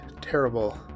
terrible